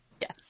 Yes